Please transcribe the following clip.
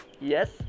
Yes